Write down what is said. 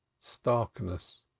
starkness